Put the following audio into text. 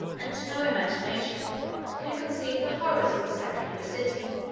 and no imagination can conceive the horrors of the sacking of a city,